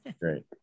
Great